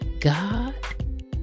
God